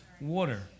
Water